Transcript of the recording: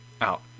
out